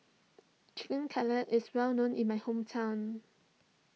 Chicken Cutlet is well known in my hometown